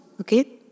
okay